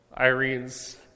Irene's